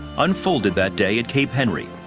unfolded that day at cape henry.